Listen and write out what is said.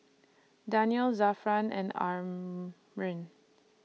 Daniel Zafran and Amrin